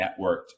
networked